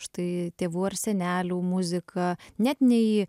štai tėvų ar senelių muziką net ne į